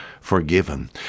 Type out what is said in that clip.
forgiven